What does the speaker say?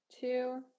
two